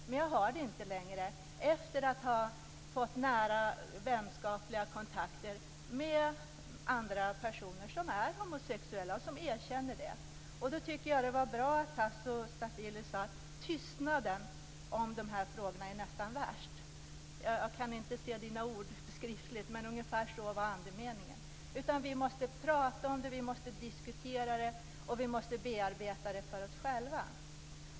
Men jag har det inte längre efter att ha fått nära vänskapliga kontakter med andra personer som är homosexuella och som erkänner det. Jag tycker att det var bra att Tasso Stafilidis sade att tystnaden om de här frågorna nästan är värst. Jag har inte orden skriftligt, men ungefär så var andemeningen. Vi måste prata om det här, vi måste diskutera det och vi måste bearbeta det för oss själva.